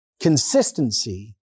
consistency